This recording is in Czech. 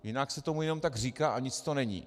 Jinak se tomu jenom tak říká a nic to není.